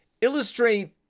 illustrate